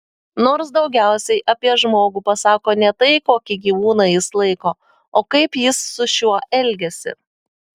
nors daugiausiai apie žmogų pasako ne tai kokį gyvūną jis laiko o kaip jis su šiuo elgiasi